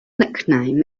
nickname